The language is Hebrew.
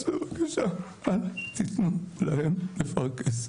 בבקשה, אל תיתנו להם לפרכס.